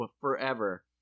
forever